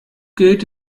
gilt